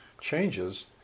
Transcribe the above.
changes